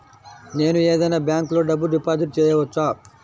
నేను ఏదైనా బ్యాంక్లో డబ్బు డిపాజిట్ చేయవచ్చా?